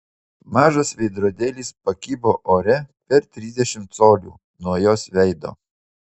mažas veidrodėlis pakibo ore per trisdešimt colių nuo jos veido